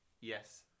yes